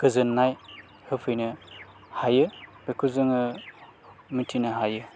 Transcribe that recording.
गोजोन्नाय होफैनो हायो बेखौ जोङो मोनथिनो हायो